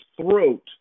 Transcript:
throat